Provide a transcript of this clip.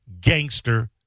gangster